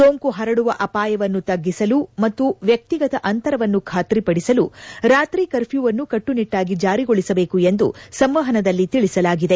ಸೋಂಕು ಹರಡುವ ಅಪಾಯವನ್ನು ತಗ್ಗಿಸಲು ಮತ್ತು ವ್ಯಕ್ತಿಗತ ಅಂತರವನ್ನು ಖಾತ್ರಿಪಡಿಸಲು ರಾತ್ರಿ ಕರ್ಫ್ನೊವನ್ನು ಕಟ್ಟುನಿಟ್ಟಾಗಿ ಜಾರಿಗೊಳಿಸಬೇಕು ಎಂದು ಸಂವಹನದಲ್ಲಿ ತಿಳಿಸಲಾಗಿದೆ